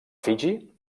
fiji